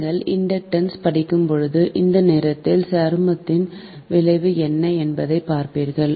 நீங்கள் இண்டக்டன்ஸ் படிக்கும் போது அந்த நேரத்தில் சருமத்தின் விளைவு என்ன என்பதை பார்ப்பீர்கள்